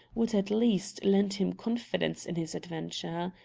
would at least, lend him confidence in his adventure.